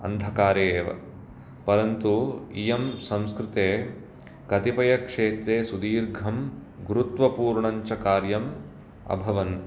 अन्धकारे एव परन्तु इयं संस्कृते कतिपयक्षेत्रे सुदीर्घं गुरुत्वपूर्णञ्च कार्यं अभवन्